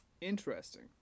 Interesting